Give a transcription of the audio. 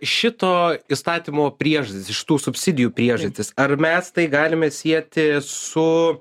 šito įstatymo priežastys šitų subsidijų priežastys ar mes tai galime sieti su